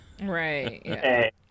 Right